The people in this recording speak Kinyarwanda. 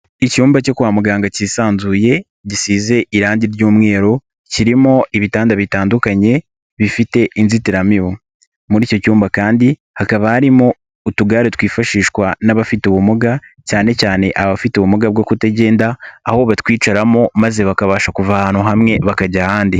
Icyumba cyo kwa muganga cyisanzuye gisize irangi ry'umweru kirimo ibitanda bitandukanye bifite inzitiramibu. Muri icyo cyumba kandi hakaba harimo utugare twifashishwa n'abafite ubumuga cyane cyane abafite ubumuga bwo kutagenda, aho batwicaramo maze bakabasha kuva ahantu hamwe bakajya ahandi.